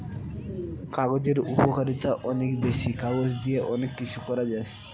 কাগজের উপকারিতা অনেক বেশি, কাগজ দিয়ে অনেক কিছু করা যায়